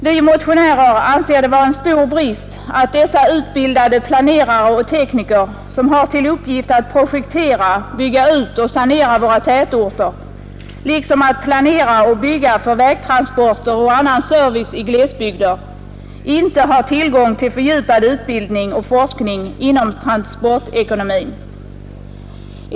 Vi motionärer anser det vara en stor brist att dessa utbildade planerare och tekniker, som har till uppgift att projektera, bygga ut och sanera våra tätorter liksom att planera och bygga för vägtransporter och annan service i glesbygder, inte har tillgång till fördjupad utbildning och forskning inom transportekonomin.